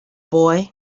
boy